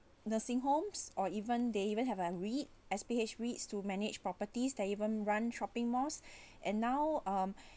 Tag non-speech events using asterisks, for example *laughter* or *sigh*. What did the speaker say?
nursing homes or even they even have an read S_P_H reads to manage properties that even run shopping malls *breath* and now um *breath*